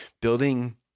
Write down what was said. building